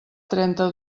trenta